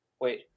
Wait